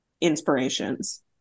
inspirations